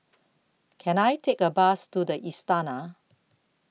Can I Take A Bus to The Istana